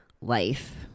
life